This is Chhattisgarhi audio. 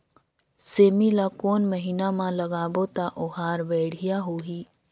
सेमी ला कोन महीना मा लगाबो ता ओहार बढ़िया होही?